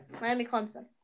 Miami-Clemson